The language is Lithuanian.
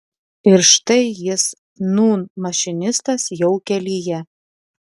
ir štai jis nūn mašinistas jau kelyje